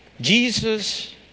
Jesus